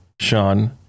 Sean